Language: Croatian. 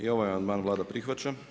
I ovaj amandman Vlada prihvaća.